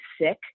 sick